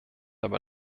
aber